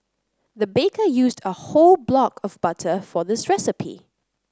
the baker used a whole block of butter for this recipe